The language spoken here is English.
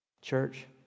Church